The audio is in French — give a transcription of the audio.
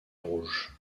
rouge